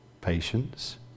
patience